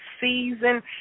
season